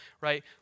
right